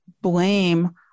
blame